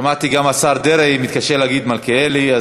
שמעתי שגם השר דרעי התקשה להגיד מלכיאלי,